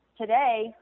today